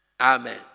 Amen